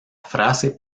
frase